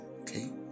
okay